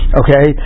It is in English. okay